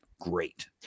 great